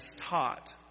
taught